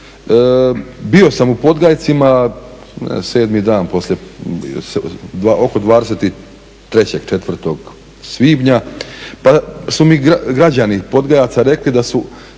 bio sam u Podgajcima 7 dan poslije, oko 23.,24. svibnja pa su mi građani Podgajaca rekli da su